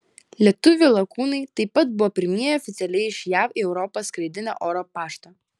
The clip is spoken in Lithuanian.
lietuvių lakūnai taip pat buvo pirmieji oficialiai iš jav į europą skraidinę oro paštą